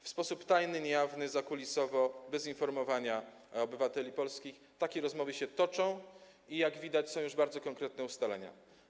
W sposób tajny, niejawny, zakulisowo, bez informowania obywateli polskich takie rozmowy się toczą i jak widać, są już bardzo konkretne ustalenia.